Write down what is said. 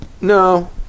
No